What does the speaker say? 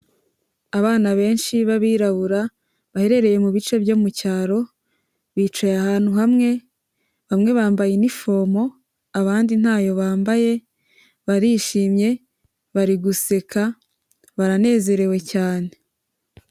Abana benshi b'abirabura baherereye mu bice byo mu cyaro, bicaye ahantu hamwe bamwe bambaye inifomo abandi ntayo bambaye, barishimye, bari guseka, baranezerewe cyane.